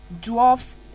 dwarfs